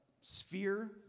sphere